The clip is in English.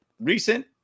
recent